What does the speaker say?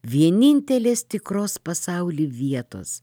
vienintelės tikros pasauly vietos